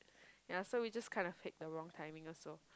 ya so we just kinda picked the wrong timing also